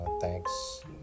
thanks